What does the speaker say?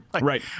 right